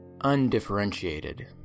Undifferentiated